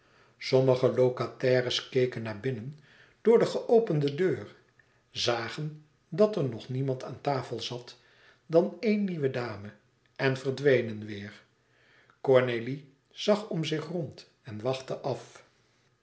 sommige locataires keken naar binnen door de geopende deur zagen dat er nog niemand aan tafel zat dan éene nieuwe dame en verdwenen weêr cornélie zag om zich rond en wachtte af